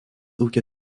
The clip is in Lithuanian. ūkio